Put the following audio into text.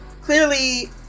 clearly